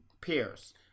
pairs